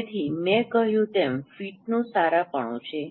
તેથી મેં કહ્યું તેમ ફિટની સારાપણું છે